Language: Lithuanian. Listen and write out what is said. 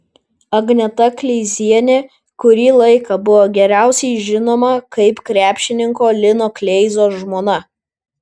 agneta kleizienė kurį laiką buvo geriausiai žinoma kaip krepšininko lino kleizos žmona